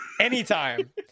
Anytime